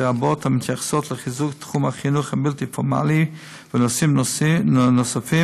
לרבות התייחסות לחיזוק תחום החינוך הבלתי-פורמלי ונושאים נוספים,